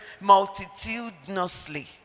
multitudinously